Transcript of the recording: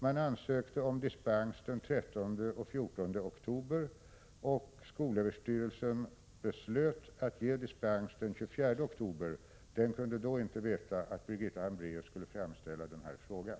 Man ansökte om dispens den 13 och 14 oktober, och skolöverstyrelsen beslöt den 24 oktober att ge dispens. Den kunde då inte veta att Birgitta Hambraeus skulle framställa den här frågan.